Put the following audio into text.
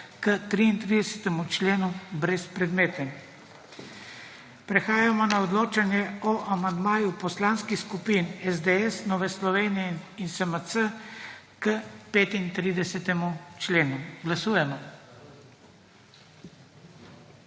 k 33. členu brezpredmeten. Prehajamo na odločanje o amandmaju Poslanskih skupin SDS, Nove Slovenije in SMC k 35. členu. Glasujemo.